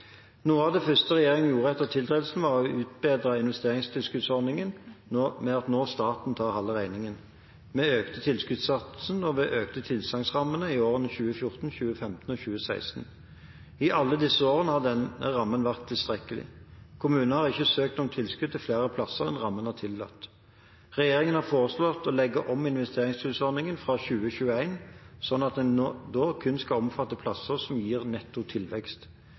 Noe av det første regjeringen gjorde etter tiltredelsen, var å utbedre investeringstilskuddsordningen ved at staten nå tar halve regningen. Vi økte tilskuddssatsen, og vi økte tilsagnsrammen i årene 2014, 2015 og 2016. I alle disse årene har denne rammen vært tilstrekkelig. Kommunene har ikke søkt om tilskudd til flere plasser enn rammen har tillatt. Regjeringen har foreslått å legge om investeringstilskuddsordningen fra 2021, slik at den da kun skal omfatte plasser som gir netto tilvekst.